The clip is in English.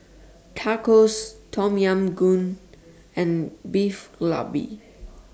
Tacos Tom Yam Goong and Beef Galbi